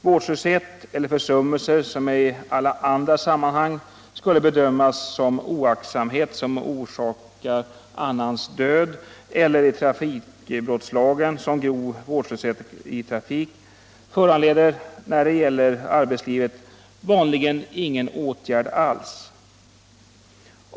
Vårdslöshet eller försummelse som i andra sammanhang skulle bedömas som oaktsamhet som orsakar annans död eller i trafikbrottslagen som grov vårdslöshet i trafik föranleder vanligen ingen åtgärd alls när det gäller arbetslivet.